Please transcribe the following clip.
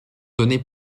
donner